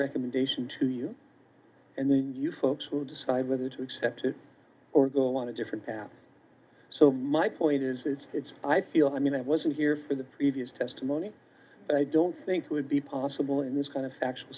recommendation to you and then you folks who decide whether to accept it or go along a different path so my point is is it's i feel i mean i wasn't here for the previous testimony i don't think it would be possible in this kind of factual